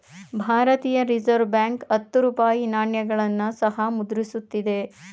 ಭಾರತೀಯ reserve bank ಹತ್ತು ರೂಪಾಯಿ ನಾಣ್ಯಗಳನ್ನು ಸಹ ಮುದ್ರಿಸುತ್ತಿದೆ